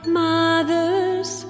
mothers